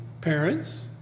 parents